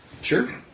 Sure